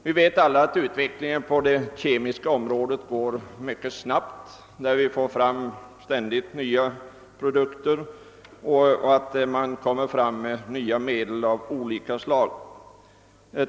Vi vet alla att utvecklingen på det kemiska området går mycket snabbt, att man ständigt får fram nya produkter av olika slag.